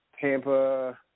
Tampa